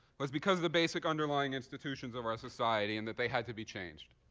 was because of the basic underlying institutions of our society and that they had to be changed.